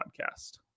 podcast